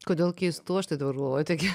kodėl keistų aš taip dabar galvoju tai gi